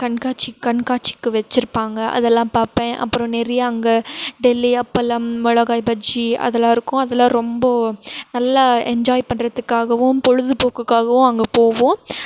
கண்காட்சி கண்காட்சிக்கு வச்சுருப்பாங்க அதெல்லாம் பார்ப்பேன் அப்புறம் நிறையா அங்கே டெல்லி அப்பளம் மொளகாய் பஜ்ஜி அதெல்லாம் இருக்கும் அதெல்லாம் ரொம்ப நல்லா என்ஜாய் பண்ணுறதுக்காகவும் பொழுதுபோக்குக்காகவும் அங்கே போவோம்